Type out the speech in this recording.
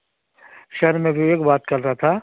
sir मैं विवेक बात कर रहा था